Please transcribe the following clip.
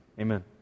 Amen